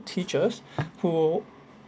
teachers who